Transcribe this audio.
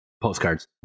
postcards